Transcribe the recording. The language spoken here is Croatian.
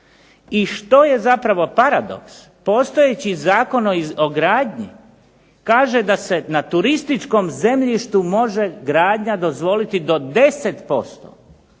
I što je zapravo paradoks? Postojeći Zakon o gradnji kaže da se na turističkom zemljištu može gradnja dozvoliti do 10%.